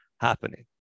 happening